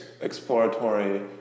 exploratory